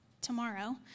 tomorrow